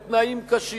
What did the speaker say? בתנאים קשים,